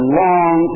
long